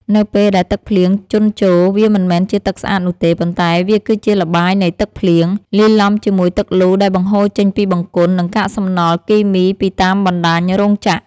នៅពេលដែលទឹកភ្លៀងជន់ជោរ វាមិនមែនជាទឹកស្អាតនោះទេ ប៉ុន្តែវាគឺជាល្បាយនៃទឹកភ្លៀង លាយឡំជាមួយទឹកលូដែលបង្ហូរចេញពីបង្គន់ និងកាកសំណល់គីមីពីតាមបណ្តាញរោងចក្រ។